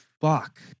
fuck